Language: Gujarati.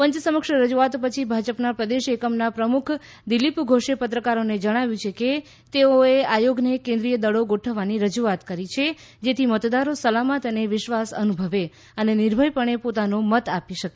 પંચ સમક્ષ રજૂઆત પછી ભાજપના પ્રદેશ એકમના પ્રમુખ દિલીપ ધોષે પત્રકારોને જણાવ્યું કે તેઓએ આયોગને કેન્દ્રીય દળો ગોઠવવાની રજૂઆત કરી છે જેથી મતદારો સલામત અને વિશ્વાસ અનુભવે અને નિર્ભયપણે પોતાનો મત આપી શકે